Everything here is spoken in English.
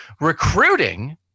Recruiting